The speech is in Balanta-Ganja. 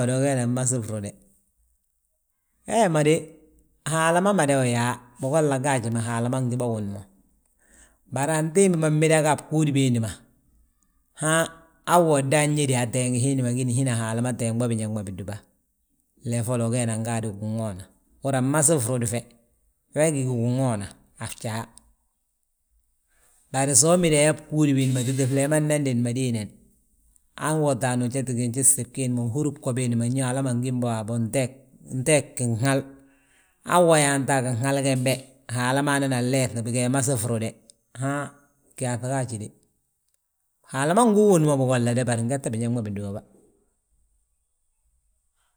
Bari ugee nan masi frude, wee ma de, Haala ma mada wi yaa. Bigolla gaaj Haala ma ngi bà wun mo. Bari antimbi ma mida ga a bgúudi biindi ma. Han wo dan ñede a teegi hiindi ma gíni hina Haala ma teeg mbo biñaŋ bindúba flee folo ugee nan gaade ginwoona. Uhúri yaa fmaasi frudi fe, we gí ginwoona a fjaa. Bari so mida yaa bgúudi biindi ma ŧiti flee ma nnan diin ma déenan han wo to ujete giinji gsibi giindi ma uhúri bgo biindi ma, ño hala ma gím bo waabo, nteeg ginhal. Han wo yaanta a gin hal gembe Haala ma nan leef bigee masi frude, han gyaaŧi gaaji de. Haala ma ngu uwun mo bigolla bari ngette biñaŋ ma bindúba ba.